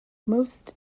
most